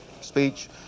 speech